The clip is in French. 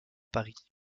paris